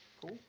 Cool